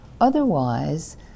Otherwise